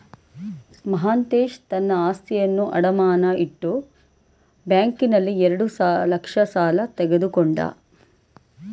ಮಾಂತೇಶ ತನ್ನ ಆಸ್ತಿಯನ್ನು ಅಡಮಾನ ಇಟ್ಟು ಬ್ಯಾಂಕ್ನಲ್ಲಿ ಎರಡು ಲಕ್ಷ ಸಾಲ ತಕ್ಕೊಂಡ